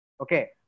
Okay